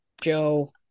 Joe